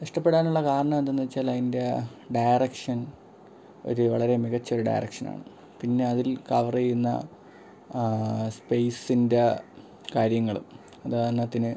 ഇഷ്ടപ്പെടാനുള്ള കാരണം എന്തെന്നു വെച്ചാൽ അതിൻ്റെ ഡയറക്ഷൻ ഒരു വളരെ മികച്ചൊരു ഡയറക്ഷനാണ് പിന്നെ അതിൽ കവർ ചെയ്യുന്ന സ്പെയ്സിൻ്റെ കാര്യങ്ങളും ഉദാഹരണത്തിന്